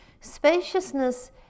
Spaciousness